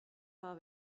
har